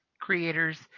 creators